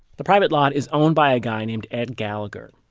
the private lot is owned by a guy named ed gallagher.